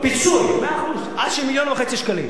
פיצוי, מאה אחוז, עד מיליון וחצי שקלים.